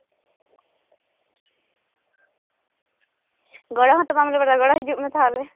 ᱜᱚᱲᱚ ᱦᱚᱸᱛᱚ ᱵᱟᱢ ᱞᱟᱹᱭ ᱵᱟᱲᱟᱭᱟ ᱜᱚᱲᱚ ᱦᱤᱡᱩᱜ ᱢᱮ ᱛᱟᱦᱞᱮ